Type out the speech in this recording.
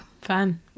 Fun